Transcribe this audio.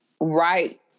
right